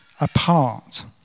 apart